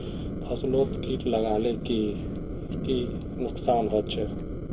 फसलोत किट लगाले की की नुकसान होचए?